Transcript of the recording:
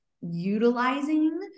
utilizing